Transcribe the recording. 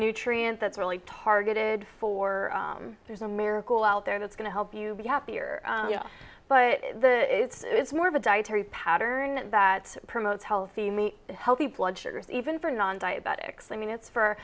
nutrient that's really targeted for there's a miracle out there that's going to help you be happier but it's more of a dietary pattern that promotes healthy mean healthy blood sugar even for non diabetics i mean it's for